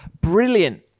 brilliant